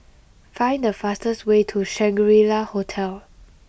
find the fastest way to Shangri La Hotel